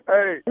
Hey